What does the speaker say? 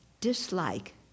Dislike